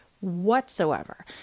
whatsoever